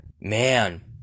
man